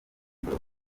d’or